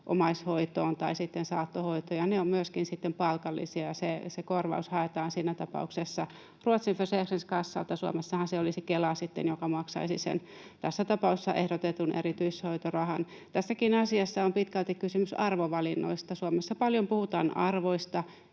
omaishoitoon tai sitten saattohoitoon, ja ne ovat myöskin palkallisia, ja se korvaus haetaan siinä tapauksessa Ruotsin Försäkringskassanilta — Suomessahan se olisi Kela sitten, joka maksaisi sen, tässä tapauksessa ehdotetun erityishoitorahan. Tässäkin asiassa on pitkälti kysymys arvovalinnoista. Suomessa paljon puhutaan arvoista,